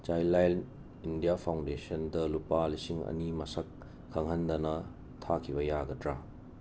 Childline India ꯐꯥꯎꯟꯗꯦꯁꯟꯗ ꯂꯨꯄꯥ ꯂꯤꯁꯤꯡ ꯑꯅꯤ ꯃꯁꯛ ꯈꯪꯍꯟꯗꯅ ꯊꯥꯈꯤꯕ ꯌꯥꯒꯗꯔ